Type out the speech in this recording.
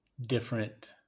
different